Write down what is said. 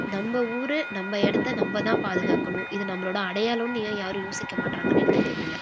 நம்ம ஊரு நம்ம இடத்த நம்ம தான் பாதுகாக்கணும் இது நம்மளோட அடையாளம்னு ஏன் யாரும் யோசிக்க மாட்டேறாங்கனு எனக்கு தெரியலை